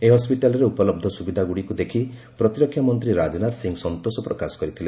ଏହି ହସ୍କିଟାଲ୍ରେ ଉପଲବ୍ଧ ସୁବିଧାଗୁଡ଼ିକୁ ଦେଥି ପ୍ରତିରକ୍ଷା ମନ୍ତ୍ରୀ ରାଜନାଥ ସିଂହ ସନ୍ତୋଷ ପ୍ରକାଶ କରିଥିଲେ